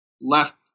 left